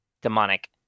demonic